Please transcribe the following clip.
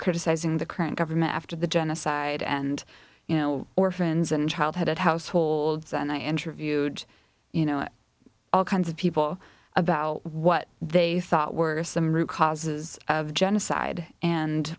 criticizing the current government after the genocide and you know orphans and child headed households and i interviewed you know all kinds of people about what they thought were some root causes of genocide and